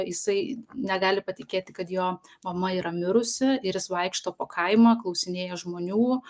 jisai negali patikėti kad jo mama yra mirusi ir jis vaikšto po kaimą klausinėja žmonių